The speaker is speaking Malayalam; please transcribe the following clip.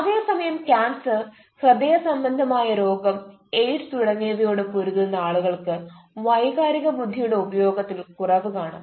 അതേസമയം ക്യാൻസർ ഹൃദയ സംബന്ധമായ രോഗം എയ്ഡ്സ് തുടങ്ങിയവയൊട് പൊരുതുന്ന ആളുകൾക്ക് വൈകാരിക ബുദ്ധിയുടെ ഉപയോഗത്തിൽ കുറവ് കാണാം